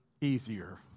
easier